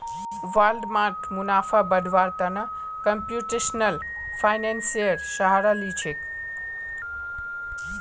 Walmart मुनाफा बढ़व्वार त न कंप्यूटेशनल फाइनेंसेर सहारा ली छेक